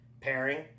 pairing